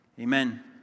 Amen